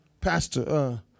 Pastor